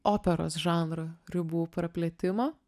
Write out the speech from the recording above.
operos žanro ribų praplėtimą